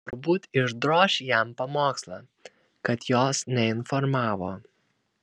turbūt išdroš jam pamokslą kad jos neinformavo